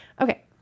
Okay